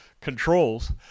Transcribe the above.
controls